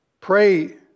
Pray